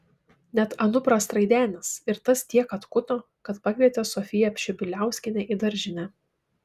net anupras traidenis ir tas tiek atkuto kad pakvietė sofiją pšibiliauskienę į daržinę